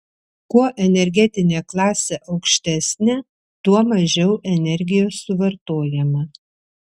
kuo energetinė klasė aukštesnė tuo mažiau energijos suvartojama